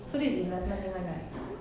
so this is investment linked one right